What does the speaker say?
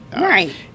Right